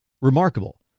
Remarkable